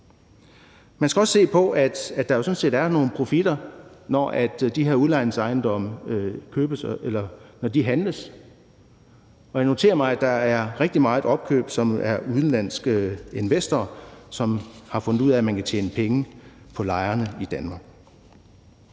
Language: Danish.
Man skal også se på, at der jo sådan set er nogle profitter, når de her udlejningsejendomme handles. Og jeg noterer mig, at der er rigtig meget opkøb, der foretages af udenlandske investorer, som har fundet ud af, at man kan tjene penge på lejerne i Danmark.